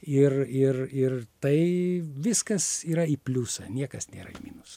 ir ir ir tai viskas yra į pliusą niekas nėra į minusą